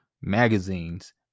magazines